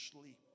sleep